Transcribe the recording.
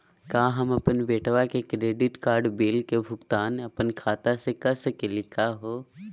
का हम अपन बेटवा के क्रेडिट कार्ड बिल के भुगतान अपन खाता स कर सकली का हे?